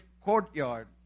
courtyard